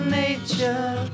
nature